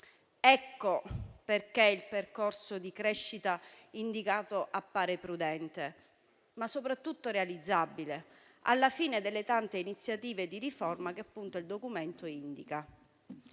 ragione il percorso di crescita indicato appare dunque prudente, ma soprattutto realizzabile, alla fine delle tante iniziative di riforma che il Documento indica.